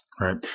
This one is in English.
Right